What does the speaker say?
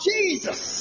Jesus